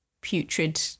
putrid